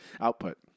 output